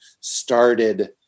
started